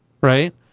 right